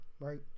right